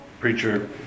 preacher